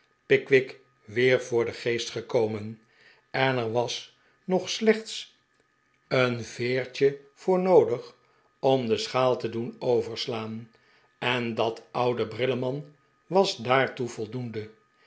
pickwick weer yoor den geest gekomen er was nog slechts een veertje voor noodig om de schaal te doen overslaan en dat qude brilleman was daartoe voldoende